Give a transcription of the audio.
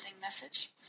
message